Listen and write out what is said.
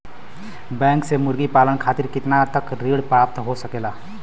Bank से मुर्गी पालन खातिर कितना तक ऋण प्राप्त हो सकेला?